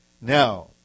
Now